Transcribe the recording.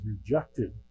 rejected